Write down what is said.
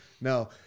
No